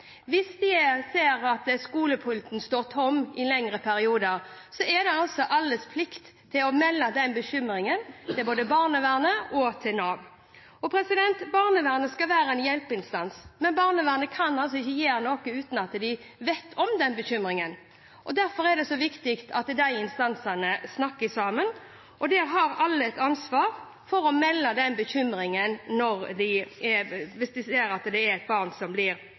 Hvis de ser at skolepulten står tom i lengre perioder, er det deres plikt å melde den bekymringen til både barnevernet og Nav. Barnevernet skal være en hjelpeinstans, men barnevernet kan ikke gjøre noe uten at de vet om den bekymringen. Derfor er det så viktig at de instansene snakker sammen. Alle har ansvar for å melde inn bekymringer hvis de ser at barn blir sendt til utlandet. Det er også veldig gledelig at det er flere ungdommer som